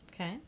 Okay